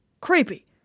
creepy